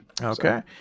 Okay